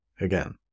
again